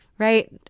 right